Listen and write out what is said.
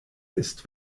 ist